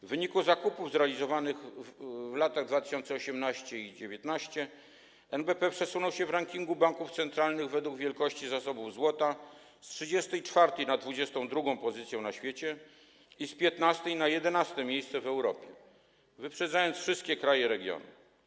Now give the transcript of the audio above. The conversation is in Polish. W wyniku zakupów zrealizowanych w latach 2018 i 2019 NBP przesunął się w rankingu banków centralnych według wielkości zasobów złota z 34. na 22. pozycję na świecie i z 15. na 11. miejsce w Europie, wyprzedzając wszystkie kraje regionu.